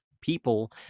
people